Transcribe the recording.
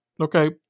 okay